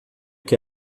que